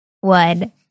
one